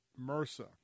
MRSA